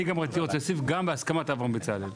אני גם רציתי להוסיף: "גם בהסכמת אברהם בצלאל".